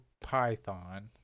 Python